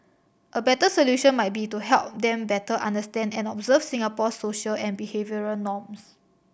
a better solution might be to help them better understand and observe Singapore's social and behavioural norms